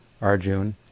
Arjuna